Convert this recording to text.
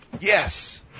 Yes